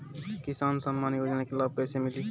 किसान सम्मान योजना के लाभ कैसे मिली?